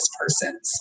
persons